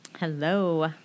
Hello